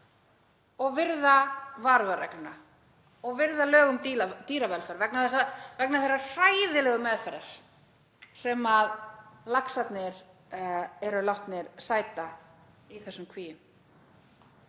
og virða varúðarregluna og virða lög um dýravelferð vegna þeirrar hræðilegu meðferðar sem laxarnir eru látnir sæta í þessum kvíum.